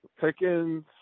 Pickens